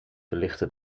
verlichte